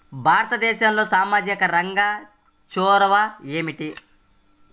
భారతదేశంలో సామాజిక రంగ చొరవ ఏమిటి?